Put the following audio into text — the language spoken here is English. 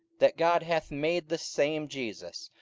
that god hath made the same jesus,